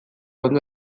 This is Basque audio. ondo